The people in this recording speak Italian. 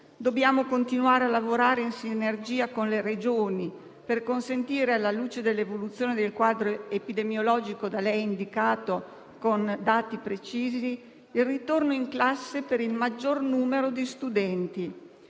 Dobbiamo continuare a lavorare in sinergia con le Regioni per consentire, alla luce dell'evoluzione del quadro epidemiologico da lei indicato con dati precisi, il ritorno in classe per il maggior numero di studenti.